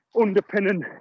underpinning